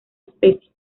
especie